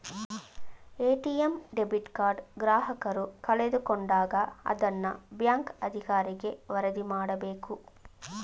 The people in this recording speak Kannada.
ಎ.ಟಿ.ಎಂ ಡೆಬಿಟ್ ಕಾರ್ಡ್ ಗ್ರಾಹಕರು ಕಳೆದುಕೊಂಡಾಗ ಅದನ್ನ ಬ್ಯಾಂಕ್ ಅಧಿಕಾರಿಗೆ ವರದಿ ಮಾಡಬೇಕು